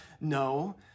No